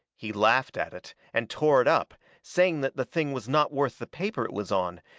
he laughed at it, and tore it up, saying that the thing was not worth the paper it was on,